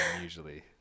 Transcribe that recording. usually